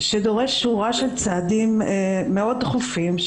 שדורש שורה של צעדים מאוד דחופים,